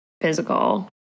physical